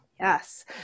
Yes